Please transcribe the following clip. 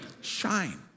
shine